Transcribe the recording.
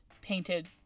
painted